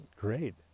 great